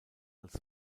als